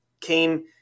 came